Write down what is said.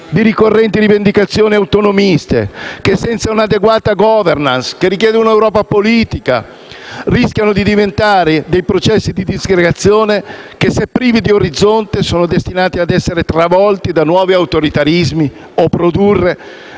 di ricorrenti rivendicazioni autonomiste, che senza un'adeguata *governance*, che richiede un'Europa politica, rischiano di diventare dei processi di disgregazione che, se privi di orizzonte, sono destinati a essere travolti da nuovi autoritarismi o a produrre